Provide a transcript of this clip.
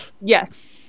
Yes